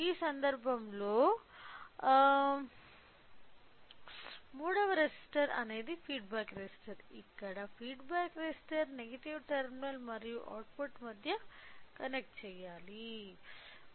ఈ సందర్భంలో మూడవ రెసిస్టర్ అనేది ఫీడ్బ్యాక్ రెసిస్టర్ ఇక్కడ ఫీడ్బ్యాక్ రెసిస్టర్ నెగటివ్ టెర్మినల్ మరియు అవుట్పుట్ మధ్య కనెక్ట్ చెయ్యాలి